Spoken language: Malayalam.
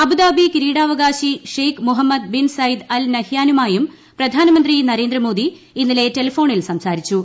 അബുദാബി കിരീടവകാശി Sheikh Mohammed bin Zayed Al നഹ്യാനുമായും പ്രധാനമന്ത്രി നരേന്ദ്രമോദി ഇന്നലെ ടെലഫോണിൽ സംസ്ടാരിച്ചു